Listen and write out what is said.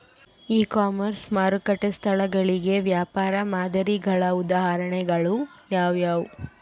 E commerce ಮಾರುಕಟ್ಟೆ ಸ್ಥಳಗಳಿಗೆ ವ್ಯಾಪಾರ ಮಾದರಿಗಳ ಉದಾಹರಣೆಗಳು ಯಾವುವು?